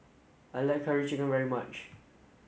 I like curry chicken very much